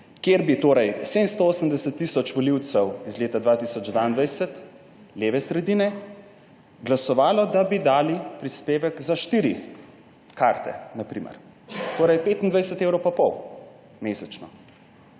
kjer bi torej 780 tisoč volivcev iz leta 2022, leve sredine, glasovalo, da bi dalo prispevek za štiri karte, na primer. Torej 25,5 evrov mesečno.